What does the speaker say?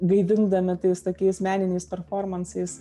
gaivindami tais tokiais meniniais performansais